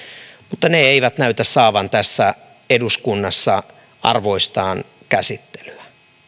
mutta ne eivät näytä saavan tässä eduskunnassa arvoistaan käsittelyä